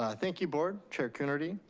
ah thank you board, chair coonerty.